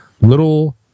little